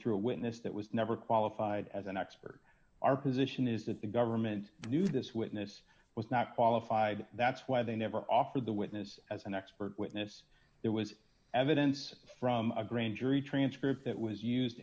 through a witness that was never qualified as an expert our position is that the government knew this witness was not qualified that's why they never offered the witness as an expert witness there was evidence from a grand jury transcript that was used